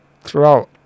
throughout